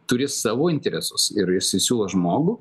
turi savo interesus ir jisai siūlo žmogų